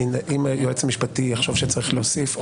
אם היועץ המשפטי יחשוב שצריך להוסיף,